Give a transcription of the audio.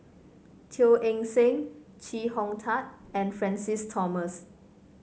Teo Eng Seng Chee Hong Tat and Francis Thomas